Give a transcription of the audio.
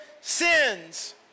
sins